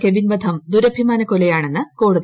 Kevin വധം ദുരഭിമാന കൊലയെന്ന് കോടതി